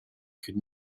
could